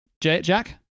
Jack